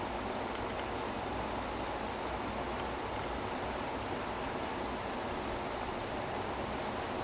I mean okay so it for me and it's not about the meal itself but it's about the people around me